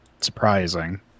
surprising